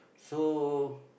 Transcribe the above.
so